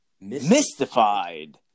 Mystified